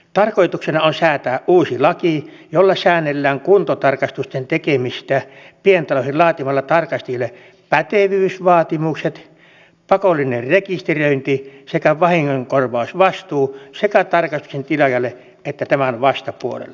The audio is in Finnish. tarkoituksena on säätää uusi laki jolla säännellään kuntotarkastusten tekemistä pientaloihin laatimalla tarkastajille pätevyysvaatimukset pakollinen rekisteröinti sekä vahingonkorvausvastuu sekä tarkastuksen tilaajalle että tämän vastapuolelle